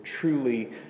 truly